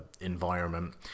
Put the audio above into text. environment